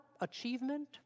Achievement